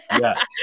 Yes